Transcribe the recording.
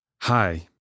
Hi